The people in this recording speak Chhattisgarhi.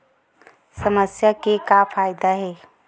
समस्या के का फ़ायदा हे?